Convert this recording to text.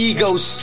Egos